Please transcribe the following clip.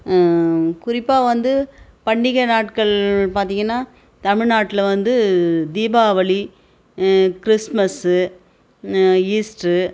குறிப்பாக வந்து பண்டிகை நாட்கள் பார்த்திங்கன்னா தமிழ்நாட்டில் வந்து தீபாவளி கிறிஸ்மஸ்ஸு ஈஸ்டரு